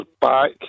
back